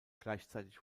gleichzeitig